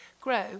grow